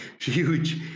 Huge